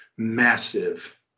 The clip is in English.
massive